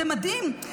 זה מדהים,